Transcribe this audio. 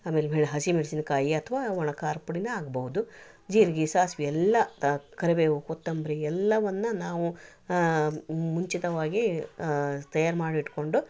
ಆಮೇಲೆ ಮೆ ಹಸಿಮೆಣ್ಸಿನಕಾಯಿ ಅಥವಾ ಒಣ ಖಾರದ ಪುಡಿನೇ ಆಗ್ಬೋದು ಜೀರಿಗೆ ಸಾಸ್ವೆ ಎಲ್ಲ ಕರಿಬೇವು ಕೊತ್ತಂಬರಿ ಎಲ್ಲವನ್ನ ನಾವು ಮುಂಚಿತವಾಗೇ ತಯಾರು ಮಾಡಿಟ್ಕೊಂಡು